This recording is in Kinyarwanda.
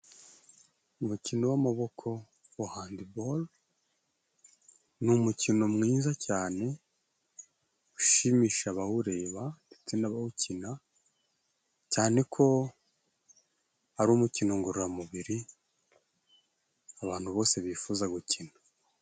Umukino w'amaboko wa handibolo ni umukino mwiza cyane ushimisha abawureba, ndetse n'abawukina, cyane ko ari umukino ngororamubiri abantu bose bifuza gukina.